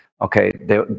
Okay